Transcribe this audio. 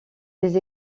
les